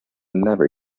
never